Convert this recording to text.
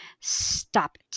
Stop